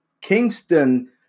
Kingston